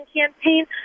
campaign